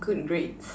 good grades